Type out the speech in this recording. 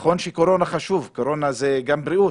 זה נכון שהטיפול בקורונה חשוב כי זה גם בריאות,